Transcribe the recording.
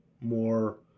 more